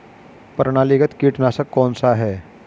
प्रणालीगत कीटनाशक कौन सा है?